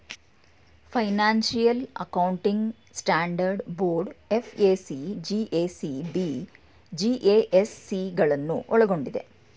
financial accounting standard board FAC, GASB, GASC ಗಳನ್ನು ಒಳ್ಗೊಂಡಿದೆ